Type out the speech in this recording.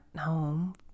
home